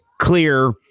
clear